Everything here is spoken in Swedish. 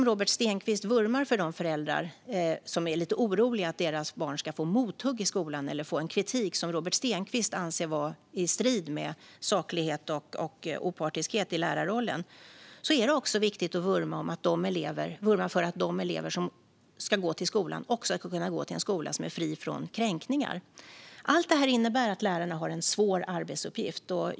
Robert Stenkvist vurmar för de föräldrar som är lite oroliga för att deras barn ska få mothugg i skolan eller få en kritik som Robert Stenkvist anser vara i strid med saklighet och opartiskhet i lärarrollen, och det är också viktigt att vurma för att elever ska kunna gå till en skola som är fri från kränkningar. Allt detta innebär att lärarna har en svår arbetsuppgift.